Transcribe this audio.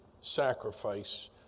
sacrifice